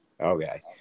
Okay